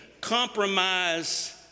compromise